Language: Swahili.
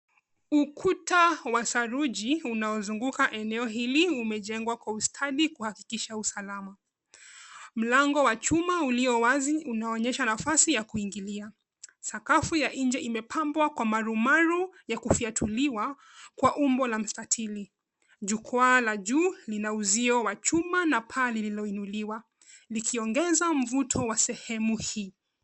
Ukuta wa saruji unaozunguka eneo hili, umejengwa kwa ustadi kuhakikisha usalama. Mlango wa chuma ulio wazi unaonyesha nafasi ya kuingilia. Sakafu ya nje imepambwa kwa marumaru ya kufyatuliwa kwa umbo la mstatili. Jukwaa la juu lina uzio wa chuma na paa lililoinuliwa, likiongeza mvuto wa sehemu hii.